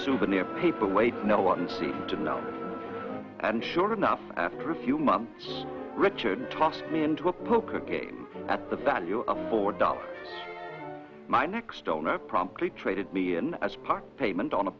souvenir people wait no one seems to know and sure enough after a few months richard tossed me into a poker game at the value of four dollars my next owner promptly traded me in as part payment on a